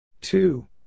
Two